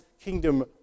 kingdom